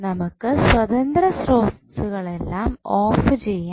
നമുക്ക് സ്വതന്ത്ര സ്രോതസ്സുകളെല്ലാം ഓഫ് ചെയ്യാം